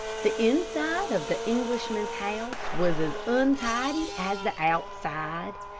the inside of the englishman's house was as untidy as the outside.